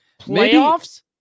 Playoffs